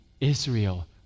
Israel